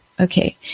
Okay